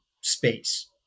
space